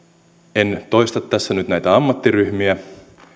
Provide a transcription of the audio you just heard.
en toista tässä nyt näitä ammattiryhmiä